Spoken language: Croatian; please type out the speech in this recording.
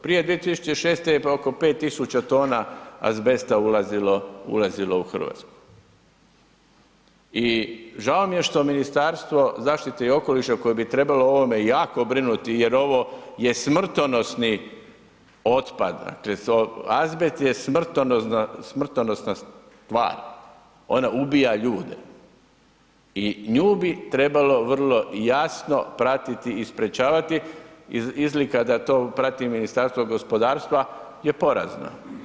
Prije 2006. je oko 5000 tona azbesta ulazilo u RH i žao mi je što Ministarstvo zaštite i okoliša koje bi trebalo o ovome jako brinuti jer ovo je smrtonosni otpad, azbest je smrtonosna stvar, ona ubija ljude i nju bi trebalo vrlo jasno pratiti i sprječavati, izlika da to prati Ministarstva je porazno.